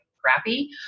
crappy